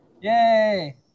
Yay